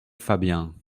fabien